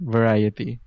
Variety